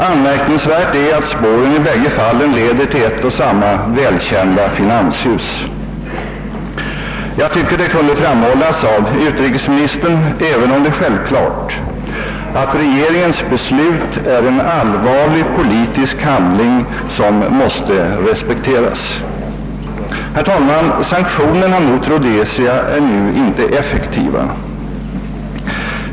Anmärkningsvärt är att spåren i bägge fallen leder till ett och samma välkända finanshus. Jag tycker det kunde framhållas av utrikesministern — även om det är självklart — att regeringens beslut är en allvarlig politisk handling som måste respekteras. Sanktionerna mot Rhodesia är nu inte effektiva.